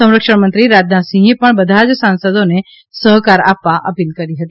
સંરક્ષણમંત્રી રાજનાથસિંહે પણ બધા જ સાંસદોને સહકાર આપવા અપીલ કરી હતી